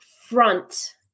front